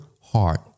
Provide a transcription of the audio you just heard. heart